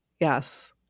Yes